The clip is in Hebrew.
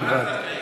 בלבד.